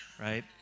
right